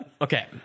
Okay